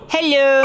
Hello